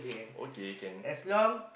okay can